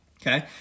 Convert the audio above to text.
Okay